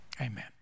Amen